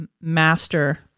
master